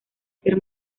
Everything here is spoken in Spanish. ser